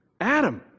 Adam